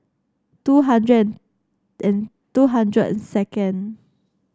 two hundred and and two hundred and second